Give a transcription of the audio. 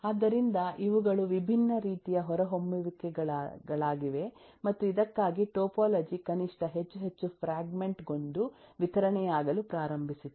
ಆದ್ದರಿಂದ ಇವುಗಳು ವಿಭಿನ್ನ ರೀತಿಯ ಹೊರಹೊಮ್ಮುವಿಕೆಗಳಾಗಿವೆ ಮತ್ತು ಇದಕ್ಕಾಗಿ ಟೋಪೋಲಜಿ ಕನಿಷ್ಠ ಹೆಚ್ಚು ಹೆಚ್ಚು ಫ್ರ್ಯಾಗ್ಮೆಂಟ್ ಗೊಂಡು ವಿತರಣೆಯಾಗಲು ಪ್ರಾರಂಭಿಸಿತು